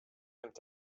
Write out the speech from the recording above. nimmt